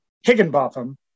Higginbotham